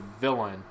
villain